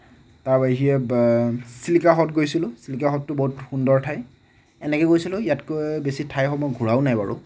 তাৰ বাহিৰে ব চিলিকা হ্ৰদ গৈছিলোঁ চিলকা হ্ৰদটো বহুত সুন্দৰ ঠাই এনেকৈ গৈছিলোঁ ইয়াতকৈ বেছি ঠাইসমূহ ঘূৰাও নাই বাৰু